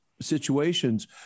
situations